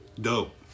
Dope